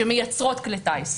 שמייצרות כלי טיס.